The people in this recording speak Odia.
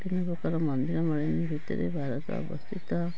ବିଭିନ୍ନ ପ୍ରକାର ମନ୍ଦିର ମାଳିନୀ ଭିତରେ ଭାରତ ଅବସ୍ଥିତ